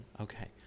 Okay